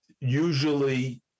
usually